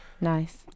Nice